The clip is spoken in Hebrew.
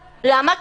למה?